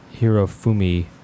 Hirofumi